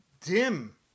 dim